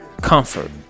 comfort